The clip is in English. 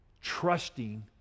trusting